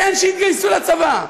כן, שיתגייסו לצבא.